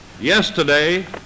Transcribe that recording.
yesterday